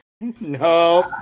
No